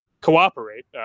cooperate